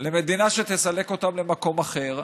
למדינה שתסלק אותם למקום אחר,